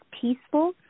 peaceful